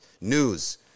News